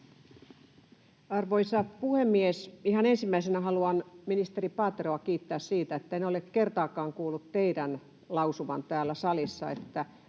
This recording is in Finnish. Arvoisa puhemies! Ihan ensimmäisenä haluan kiittää ministeri Paateroa siitä, että en ole kertaakaan kuullut teidän lausuvan täällä salissa,